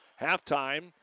Halftime